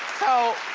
so